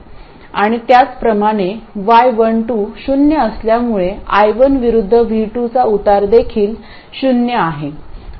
आणि त्याचप्रमाणे y12 शून्य असल्यामुळे I1 विरुद्ध V2 चा उतार देखील शून्य आहे